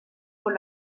con